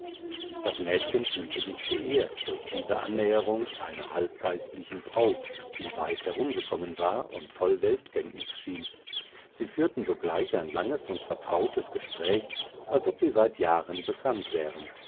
das mädchen fühlte sich geehrt durch diese annäherung einer halbgeistlichen frau die weit herumgekommen war und voll weltkenntnis schien sie führten sogleich ein langes und vertrautes gespräch als ob sie seit jahren bekannt wären